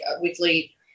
weekly